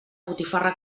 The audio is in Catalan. botifarra